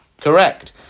Correct